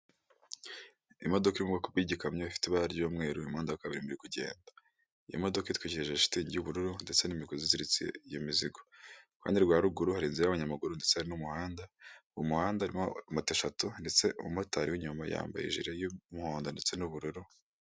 Imodoka iri mu bwoko bw'igikamyo ifite ibara ry'umweru iri mu muhanda wa kaburimbo iri kugenda iyo modoka itwikije shitingi ry'ubururu ndetse n'imigozi iziritse iyo mizigo, iruhande rwa ruguru hari inzuira y'abanyamaguru ndetse hari n'umuhanda mu muhanda harimo moto shatu ndetse umumotari w'inyuma yambaye ijire y'umuhondo ndetse n'ubururu.